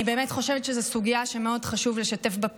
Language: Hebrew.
אני באמת חושבת שזו סוגיה שמאוד חשוב לשתף בה פעולה,